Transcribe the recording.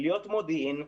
להיות מודיעין,